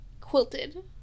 quilted